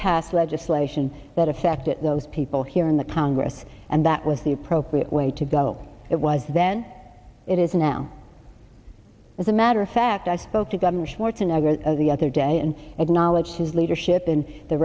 passed legislation that affected those people here in the congress and that was the appropriate way to go it was then it is now as a matter of fact i spoke to governor schwarzenegger the other day and acknowledged his leadership in the